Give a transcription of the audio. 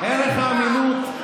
ערך האמינות,